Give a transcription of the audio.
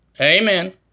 Amen